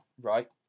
Right